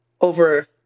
over